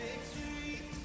victory